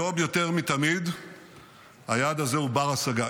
היום יותר מתמיד היעד הזה הוא בר-השגה.